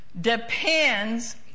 depends